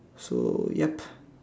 so yep